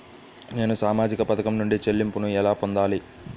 నేను సామాజిక పథకం నుండి చెల్లింపును ఎలా పొందాలి?